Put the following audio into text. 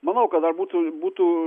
manau kad dar būtų būtų